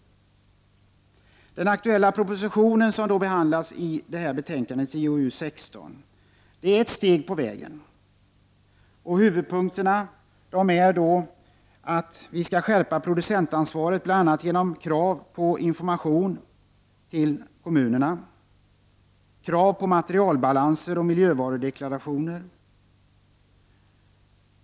Den aktuella proposition som behandlas i detta betänkande, JoU16, är ett steg på vägen. Huvudpunkterna är dessa: Producentansvaret skall skärpas, bl.a. genom krav på information till kommunerna samt krav på materialbalanser och miljövarudeklarationer.